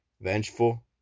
vengeful